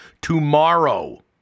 tomorrow